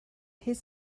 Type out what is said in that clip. his